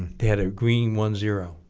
they had a green one zero